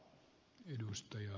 arvoisa puhemies